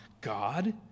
God